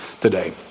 today